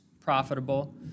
profitable